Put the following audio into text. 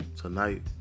Tonight